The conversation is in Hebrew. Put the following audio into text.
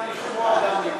גם לשמוע, גם לקרוא.